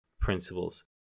principles